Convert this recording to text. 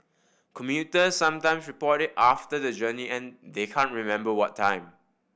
commuters sometime report it after the journey and they can't remember what time